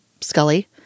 Scully